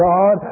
God